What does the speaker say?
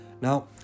Now